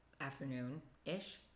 Afternoon-ish